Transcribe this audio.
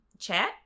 chat